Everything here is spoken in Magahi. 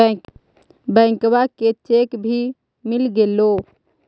बैंकवा से चेक भी मिलगेलो?